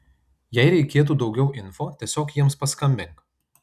jei reikėtų daugiau info tiesiog jiems paskambink